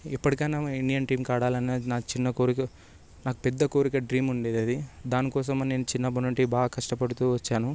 ఇప్పటికైనా ఇండియన్ టీమ్కి ఆడాలన్న నా కోరిక నాకు పెద్ద కోరిక డ్రీమ్ ఉండేది అది దాని కోసం నేను చిన్నప్పటి నుండి బాగా కష్టపడుతూ వచ్చాను